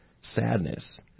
sadness